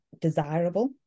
desirable